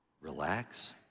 relax